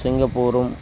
సింగపూరం